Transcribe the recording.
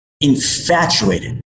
infatuated